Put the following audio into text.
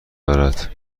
دارد